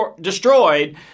destroyed